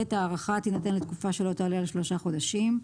ההארכה תינתן לתקופה שלא תעלה על שלושה חודשים.